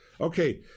Okay